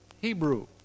Hebrew